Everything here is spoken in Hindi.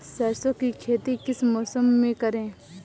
सरसों की खेती किस मौसम में करें?